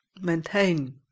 maintain